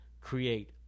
create